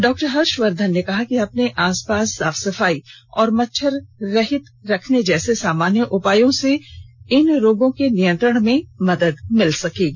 doctor Harshvardhan ने कहा कि अपने आसपास साफ सफाई और मच्छर रहित रखने जैसे सामान्य उपायों से इन रोगों के नियंत्रण में मदद मिलेगी